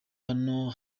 hano